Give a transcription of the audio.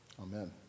Amen